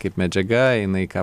kaip medžiaga jinai ką